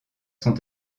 sont